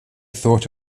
thought